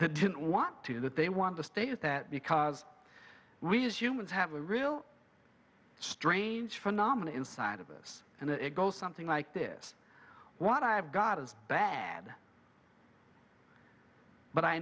didn't want to do that they want to state that because we as humans have a real strange phenomena inside of us and it goes something like this what i've got is bad but i